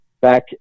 back